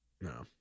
no